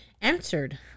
answered